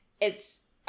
It's-